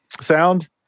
sound